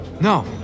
No